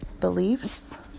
beliefs